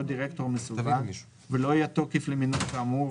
דירקטור מסווג ולא יהיה תוקף למינויו כאמור,